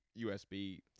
USB